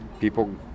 people